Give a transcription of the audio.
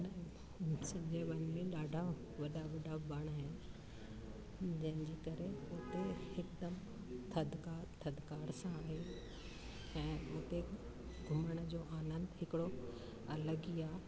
विच में वन में ॾाढा वॾा वॾा वण आहिनि जंहिंजे करे उते हिकदमु थधिकारु थधिकारु सां आहे ऐं उते घुमण जो आनंद हिकिड़ो अलॻि ई आहे